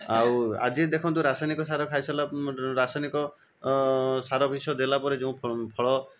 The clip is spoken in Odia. ଆଉଆଜି ଦେଖନ୍ତୁ ରାସାୟନିକ ସାର ଖାଇ ସାରିଲା ରାସାୟନିକ ସାର ବିଷ ଦେଲା ପରେ ଯେଉଁ ଫଳ